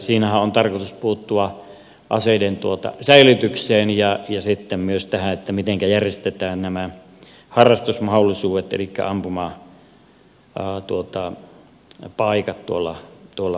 siinähän on tarkoitus puuttua aseiden säilytykseen ja sitten myös tähän että miten järjestetään nämä harrastusmahdollisuudet elikkä ampumapaikat tuolla maakunnissa